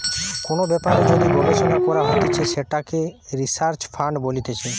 কোন ব্যাপারে যদি গবেষণা করা হতিছে সেটাকে রিসার্চ ফান্ড বলতিছে